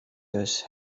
dus